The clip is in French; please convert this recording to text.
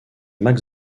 max